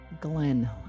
glenn